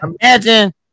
Imagine